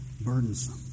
burdensome